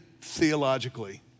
theologically